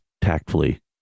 tactfully